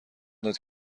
داد